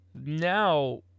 Now